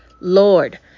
Lord